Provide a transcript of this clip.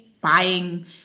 buying